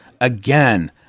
again